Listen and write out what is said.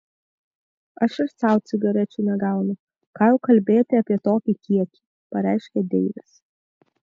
aš ir sau cigarečių negaunu ką jau kalbėti apie tokį kiekį pareiškė deivis